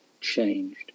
changed